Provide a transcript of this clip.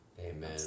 Amen